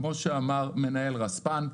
כמו שאמר מנהל רספ"ן,